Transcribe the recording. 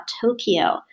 Tokyo